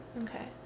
Okay